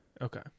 okay